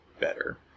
better